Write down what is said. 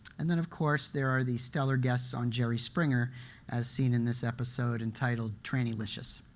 and then of course, there are these stellar guests on jerry springer as seen in this episode entitled tranny-licious.